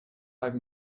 five